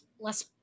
less